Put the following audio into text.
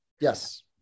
Yes